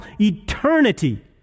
eternity